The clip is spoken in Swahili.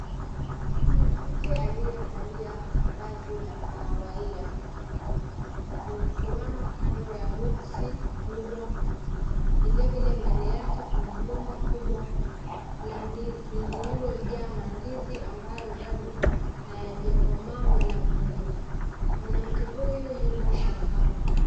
Mwanamke aliyevalia vazi la kahawia amesimama kando ya boksi kubwa vile vile mbele yake kuna gomba la ndizi lililojaa mandizi ambayo bado hayajakomaa wala kuiva. Mwanamke huyu yumo shambani.